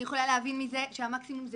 אני יכולה להבין מכך שהמקסימום הוא